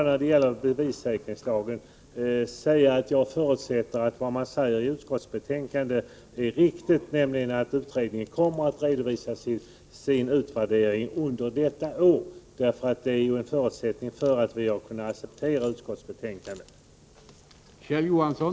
När det gäller bevissäkringslagen förutsätter jag att vad som sägs i utskottets betänkande är riktigt, nämligen att utredningen kommer att redovisa sin utvärdering under detta år. Det är en förutsättning för att vi accepterade utskottets hemställan.